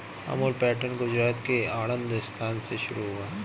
Amul pattern Gujarat के आणंद स्थान से शुरू हुआ है